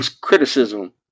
criticism